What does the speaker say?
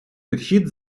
підхід